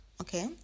Okay